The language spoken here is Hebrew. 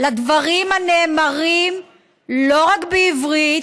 להקשיב לדברים הנאמרים לא רק בעברית,